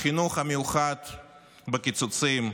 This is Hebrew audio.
החינוך המיוחד בקיצוצים,